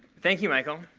thank you, michael.